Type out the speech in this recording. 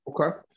okay